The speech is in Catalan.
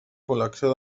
col·lecció